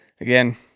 again